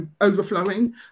Overflowing